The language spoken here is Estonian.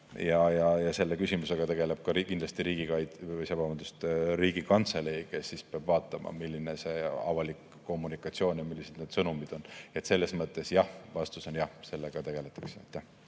ja selle küsimusega tegeleb ka kindlasti Riigikantselei, kes peab vaatama, milline avalik kommunikatsioon on ja millised sõnumid on. Selles mõttes jah, vastus on jah, sellega tegeletakse.